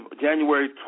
January